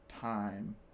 time